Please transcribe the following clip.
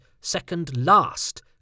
second-last